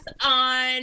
on